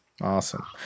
Awesome